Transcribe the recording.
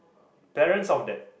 balance of that